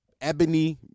ebony